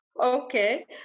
Okay